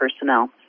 personnel